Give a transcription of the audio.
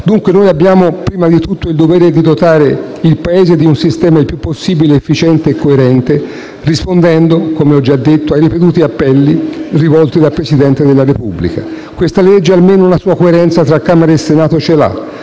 Dunque noi abbiamo prima di tutto il dovere di dotare il Paese di un sistema il più possibile efficiente e coerente, rispondendo, come ho già detto, ai ripetuti appelli rivolti dal Presidente della Repubblica. Questa legge almeno una sua coerenza tra Camera e Senato ce l'ha;